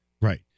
right